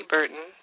Burton